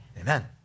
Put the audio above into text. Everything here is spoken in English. Amen